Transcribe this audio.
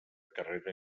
carrera